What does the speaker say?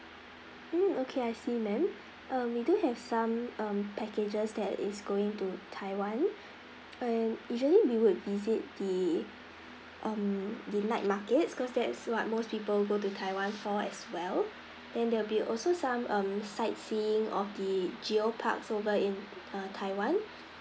mm okay I see ma'am um we do have some um packages that is going to taiwan and usually we would visit the um the night market cause that's what most people go to taiwan for as well and there will be also some um sightseeing of the geo park over in err taiwan